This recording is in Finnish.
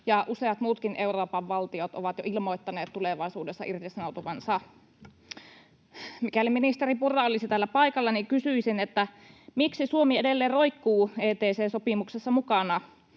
useat muutkin Euroopan valtiot ovat jo ilmoittaneet tulevaisuudessa irtisanoutuvansa. Mikäli ministeri Purra olisi täällä paikalla, niin kysyisin, miksi Suomi edelleen roikkuu ETC-sopimuksessa mukana.